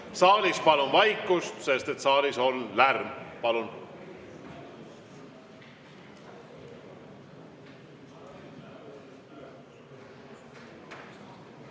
Saalis palun vaikust, saalis on lärm. Palun!